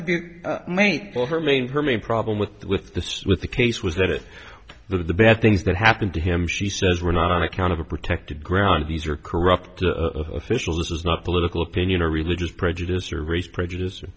to be made for her main her main problem with the with the with the case was that it but the bad things that happened to him she says were not on account of a protected ground these are corrupt officials is not political opinion or religious prejudice or race prejudice or